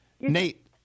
Nate